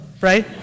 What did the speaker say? right